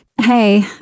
Hey